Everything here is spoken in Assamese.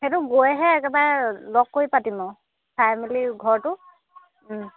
সেইটো গৈহে একেবাৰে লগ কৰি পাতিম আৰু চাই মেলি ঘৰটো